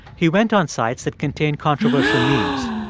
he went on sites that contained controversial memes.